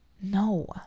No